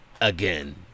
again